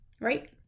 right